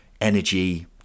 energy